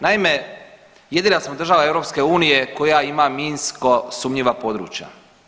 Naime, jedina smo država EU koja ima minsko sumnjiva područja.